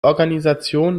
organisation